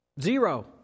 Zero